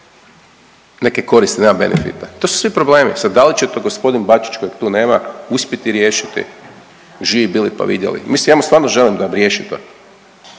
neke koristi, nema benefita. To su svi problemi. Sad da li će tu g. Bačić kojeg tu nema uspjeti riješiti? Živi bili pa vidjeli. Mislim ja mu stvarno želim da riješi to.